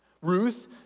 Ruth